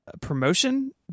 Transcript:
promotion